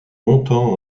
longtemps